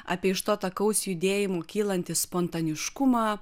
apie iš to takaus judėjimo kylantį spontaniškumą